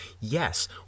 yes